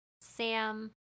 Sam